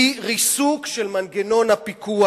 הוא ריסוק של מנגנון הפיקוח,